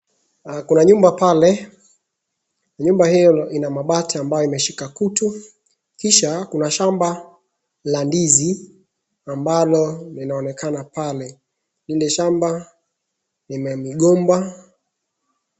Kuna nyumba pale, nyumba hiyo ina mabati ambayo imeshika kutu. Kisha kuna shamba la ndizi ambalo linaonekana pale. Lile shamba lina migomba.